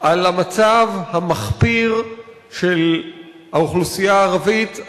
על המצב המחפיר של האוכלוסייה הערבית,